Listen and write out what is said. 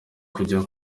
kujya